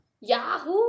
yahoo